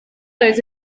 those